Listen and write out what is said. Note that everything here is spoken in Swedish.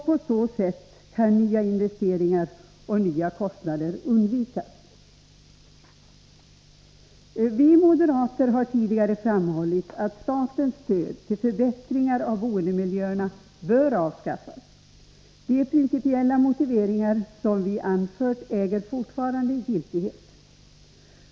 På så sätt kan nya investeringar och nya kostnader undvikas. Vi moderater har tidigare framhållit att statens stöd till förbättring av boendemiljöerna bör avskaffas. De principiella motiveringar som vi anfört äger fortfarande giltighet.